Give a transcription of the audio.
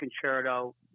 concerto